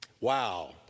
Wow